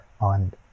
on